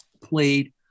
played